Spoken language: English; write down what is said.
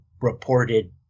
reported